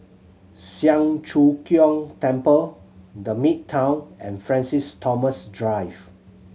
Siang Cho Keong Temple The Midtown and Francis Thomas Drive